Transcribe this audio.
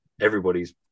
everybody's